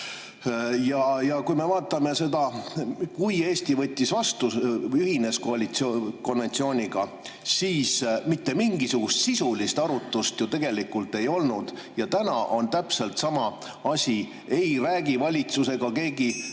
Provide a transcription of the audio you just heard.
Vaatame ka seda, et kui Eesti ühines konventsiooniga, siis mitte mingisugust sisulist arutlust ju tegelikult ei olnud. Täna on täpselt sama asi: ei räägi valitsus ega keegi